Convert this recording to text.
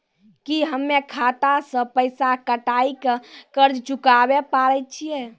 की हम्मय खाता से पैसा कटाई के कर्ज चुकाबै पारे छियै?